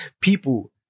people